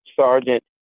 Sergeant